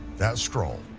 that scroll,